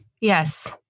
Yes